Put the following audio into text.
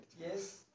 yes